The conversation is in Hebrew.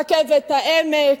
רכבת העמק,